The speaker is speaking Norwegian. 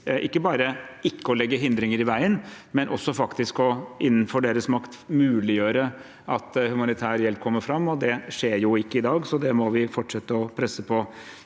til ikke å legge hindringer i veien, men også faktisk å muliggjøre – innenfor deres makt – at humanitær hjelp kommer fram. Det skjer jo ikke i dag, så der må vi fortsette å presse på.